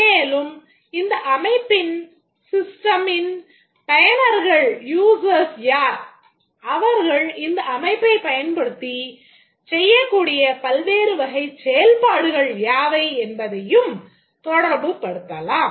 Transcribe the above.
மேலும் இந்த அமைப்பின் யார் அவர்கள் இந்த அமைப்பைப் பயன்படுத்தி செய்யக்கூடிய பல்வேறு வகைச் செயல்பாடுகள் யாவை என்பதையும் தொடர்பு படுத்தலாம்